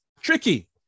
tricky